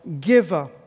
giver